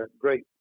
great